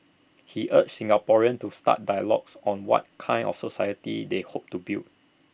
he urged Singaporeans to start dialogues on what kind of society they hope to build